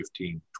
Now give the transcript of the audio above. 15